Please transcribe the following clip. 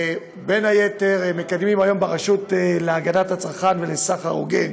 בין היתר מקדמים היום ברשות להגנת הצרכן ולסחר הוגן